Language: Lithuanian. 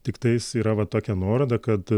tiktais yra va tokia nuoroda kad